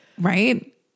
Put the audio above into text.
right